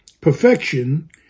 perfection